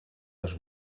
els